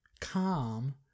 calm